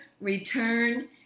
return